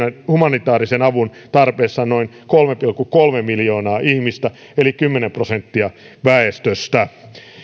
humanitäärisen avun tarpeessa on noin kolme pilkku kolme miljoonaa ihmistä eli kymmenen prosenttia väestöstä